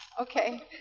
Okay